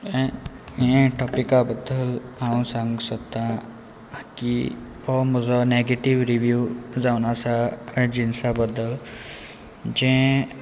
ह्या टॉपिका बद्दल हांव सांगूंक सोदतां की हो म्हजो नॅगेटीव रिव्यू जावन आसा जिन्सा बद्दल जें